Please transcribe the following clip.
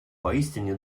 поистине